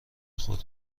خودم